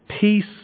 Peace